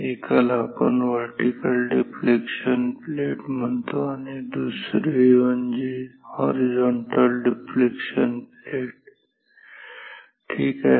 एकाला आपण vertical deflection plate म्हणतो आणि दुसरे म्हणजे हॉरिझॉन्टल डिफ्लेक्शन प्लेट ठीक आहे